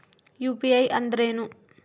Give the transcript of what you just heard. UPI ಅಂದ್ರೇನು?